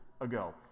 ago